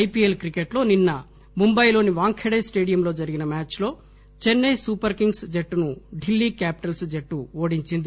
IPL క్రికెట్లో నిన్న ముంబైలోని వాంఖెడే స్టేడియంలో జరిగిన మ్యాచ్ లో చెన్నై సూపర్ కింగ్స్ జట్టును ఢిల్లీ క్యాపీటల్స్ జట్టు ఓడించింది